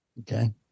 Okay